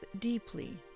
deeply